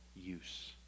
use